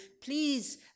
Please